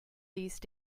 these